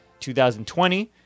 2020